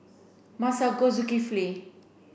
Masagos Zulkifli